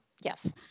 yes